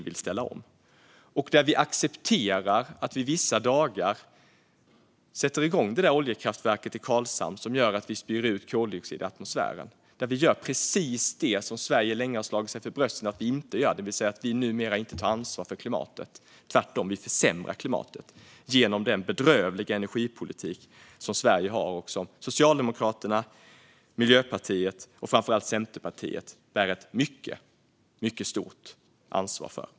Vi accepterar att vi vissa dagar får sätta igång oljekraftverket i Karlshamn som gör att vi spyr ut koldioxid i atmosfären. Vi gör alltså precis det som Sverige länge har slagit sig för bröstet och sagt att vi inte gör. Vi tar numera inte ansvar för klimatet. Tvärtom försämrar vi klimatet genom vår bedrövliga energipolitik, som Socialdemokraterna, Miljöpartiet och framför allt Centerpartiet bär ett mycket, mycket stort ansvar för.